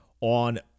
on